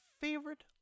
favorite